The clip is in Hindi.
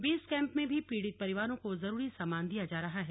बेस कैंप में भी पीड़ित परिवारों को जरूरी सामान दिया जा रहा हैं